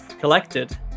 collected